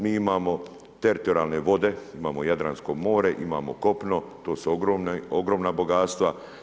Mi imamo teritorijalne vode, imamo Jadransko more, imamo kopno to su ogromna bogatstva.